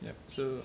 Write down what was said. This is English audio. ya so